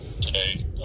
today